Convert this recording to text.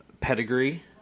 pedigree